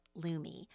Lumi